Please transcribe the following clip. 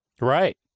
Right